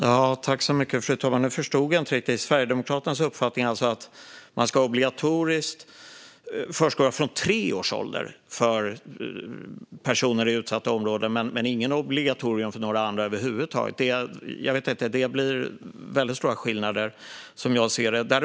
Fru talman! Nu förstår jag inte riktigt. Sverigedemokraternas uppfattning är alltså att man ska ha obligatorisk förskola från tre års ålder för personer i utsatta områden men inget obligatorium för några andra över huvud taget. Det blir väldigt stora skillnader, som jag ser det.